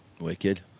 Wicked